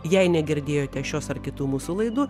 jei negirdėjote šios ar kitų mūsų laidų